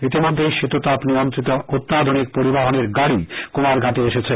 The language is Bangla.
ইতিমধ্যেই শীতাতপ নিয়ন্ত্রিত অত্যাধুনিক পরিবহনের গাড়ি কুমারঘাটে এসেছে